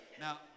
Now